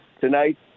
tonight